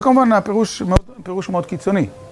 זה כמובן פירוש מאוד קיצוני.